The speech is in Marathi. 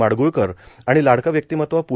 माडगुळकर आणि लाडकं व्यक्तिमत्व पू